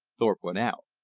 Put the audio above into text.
thorpe went out.